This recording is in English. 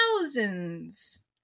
thousands